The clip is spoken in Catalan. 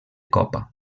copa